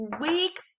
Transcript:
week